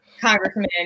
congressman